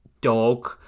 dog